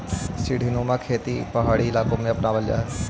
सीढ़ीनुमा खेती पहाड़ी इलाकों में अपनावल जा हई